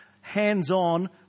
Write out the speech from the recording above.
hands-on